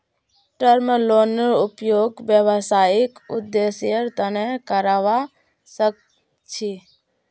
term लोनेर उपयोग व्यावसायिक उद्देश्येर तना करावा सख छी